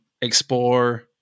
explore